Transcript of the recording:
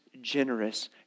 generous